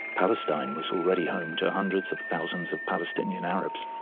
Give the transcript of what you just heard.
palestine was already home to hundreds of thousands of palestinian arabs,